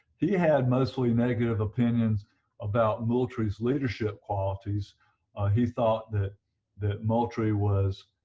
he had mostly negative opinions about moultrie's leadership qualities he thought that that moultrie was,